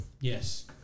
yes